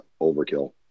overkill